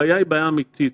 הבעיה היא בעיה אמיתית.